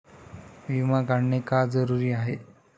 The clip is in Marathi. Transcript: विमा काढणे का जरुरी आहे?